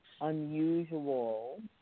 unusual